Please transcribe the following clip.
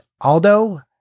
Aldo